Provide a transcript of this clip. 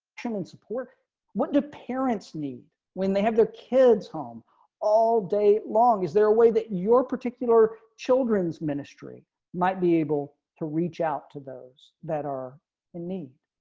and support what do parents need when they have their kids home all day long. is there a way that your particular children's ministry might be able to reach out to those that are in need.